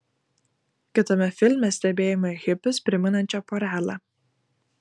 kitame filme stebėjome hipius primenančią porelę